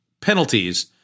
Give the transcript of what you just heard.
penalties